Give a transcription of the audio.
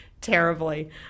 terribly